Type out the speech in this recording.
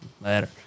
Later